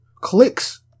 clicks